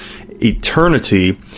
eternity